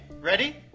ready